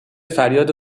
فریاد